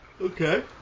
Okay